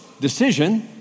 decision